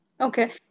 Okay